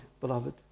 beloved